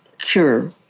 cure